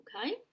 okay